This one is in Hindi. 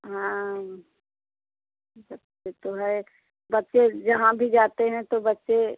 हाँ जब भी तो है बच्चे जहाँ भी जाते हैं तो बच्चे